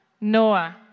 Noah